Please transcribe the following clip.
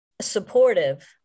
supportive